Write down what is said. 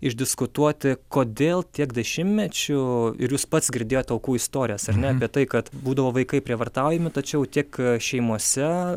išdiskutuoti kodėl tiek dešimtmečių ir jūs pats girdėjot aukų istorijas ar ne apie tai kad būdavo vaikai prievartaujami tačiau tiek šeimose